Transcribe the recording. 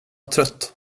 trött